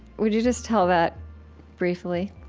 would you just tell that briefly?